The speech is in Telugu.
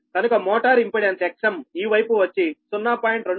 కనుక మోటార్ ఇంపెడెన్స్ Xm ఈ వైపు వచ్చి0